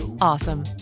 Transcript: awesome